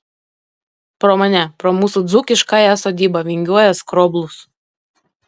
pro mane pro mūsų dzūkiškąją sodybą vingiuoja skroblus